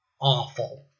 awful